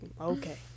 okay